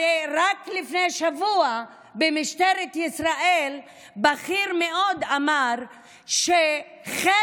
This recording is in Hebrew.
הרי רק לפני שבוע במשטרת ישראל בכיר מאוד אמר שחלק,